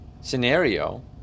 scenario